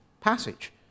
passage